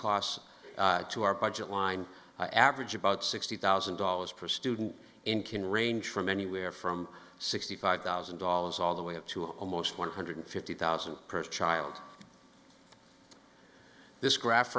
costs to our budget line by average about sixty thousand dollars per student in can range from anywhere from sixty five thousand dollars all the way up to almost one hundred fifty thousand per child this graph